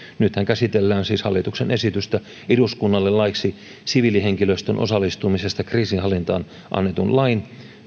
nythän käsitellään siis hallituksen esitystä eduskunnalle laiksi siviilihenkilöstön osallistumisesta kriisinhallintaan annetun lain